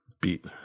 beat